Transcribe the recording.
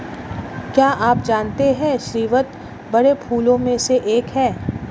क्या आप जानते है स्रीवत बड़े फूलों में से एक है